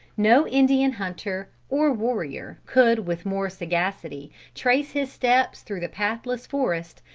no indian hunter or warrior could with more sagacity trace his steps through the pathless forest,